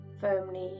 firmly